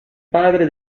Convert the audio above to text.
padre